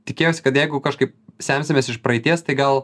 tikėjausi kad jeigu kažkaip semsimės iš praeities tai gal